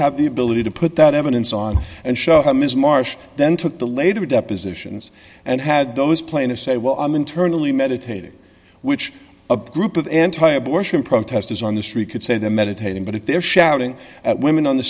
have the ability to put that evidence on and show them is marsh then took the later depositions and had those plaintiffs say well i'm internally meditating which a group of anti abortion protesters on the street could say they're meditating but if they're shouting at women on the